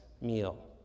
meal